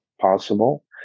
possible